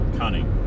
cunning